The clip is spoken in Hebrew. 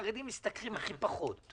החרדים משתכרים הכי פחות.